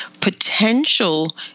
potential